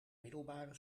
middelbare